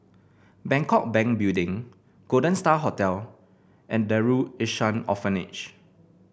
Bangkok Bank Building Golden Star Hotel and Darul Ihsan Orphanage